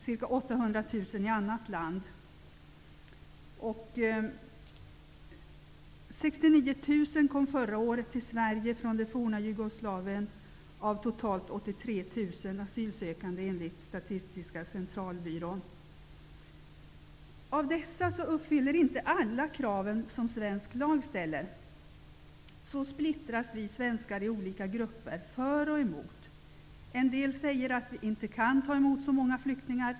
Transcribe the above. Ca 800 000 lever i annat land. Förra året kom enligt Av dessa uppfyller inte alla de krav som svensk lag ställer. Vi svenskar splittras i olika grupper -- för och emot. En del säger att vi inte kan ta emot så många flyktingar.